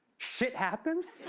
shit happens?